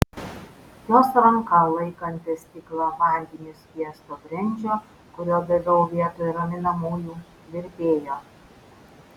jos ranka laikanti stiklą vandeniu skiesto brendžio kurio daviau vietoj raminamųjų virpėjo